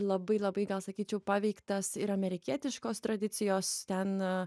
labai labai gal sakyčiau paveiktas ir amerikietiškos tradicijos ten